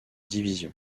division